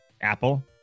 Apple